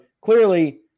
clearly –